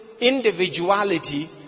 individuality